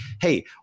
hey